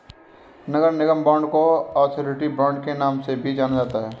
नगर निगम बांड को authority bond के नाम से भी जाना जाता है